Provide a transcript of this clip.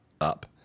up